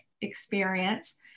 experience